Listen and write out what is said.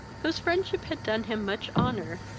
whose friendship had done him much honour,